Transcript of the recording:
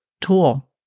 tool